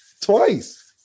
twice